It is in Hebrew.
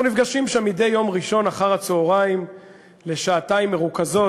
אנחנו נפגשים שם מדי יום ראשון אחר-הצהריים לשעתיים מרוכזות.